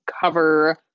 cover